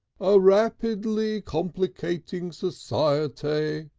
a rapidly complicating society,